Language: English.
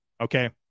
Okay